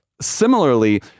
similarly